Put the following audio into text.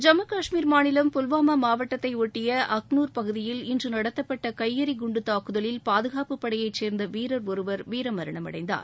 ஜம்மு கஷ்மீர் மாநிலம் புல்வமா மாவட்டத்தை ஒட்டிய அக்னூர் பகுதியில் இன்று நேடிட்ட குண்டுவெடிப்பில் பாதுகாப்புப் படையைச் சேர்ந்த வீரர் ஒருவர் வீரமரணம் அடைந்தார்